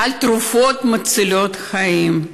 על תרופות מצילות חיים.